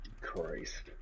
Christ